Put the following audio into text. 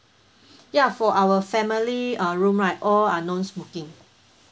ya for our family uh room right all are non smoking